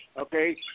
Okay